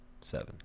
Seven